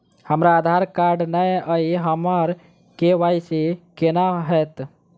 हमरा आधार कार्ड नै अई हम्मर के.वाई.सी कोना हैत?